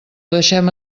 deixem